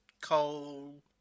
cold